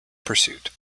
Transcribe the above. pursuit